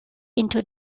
into